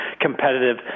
competitive